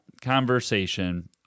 conversation